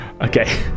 okay